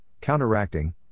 counteracting